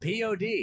POD